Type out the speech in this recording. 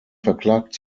verklagt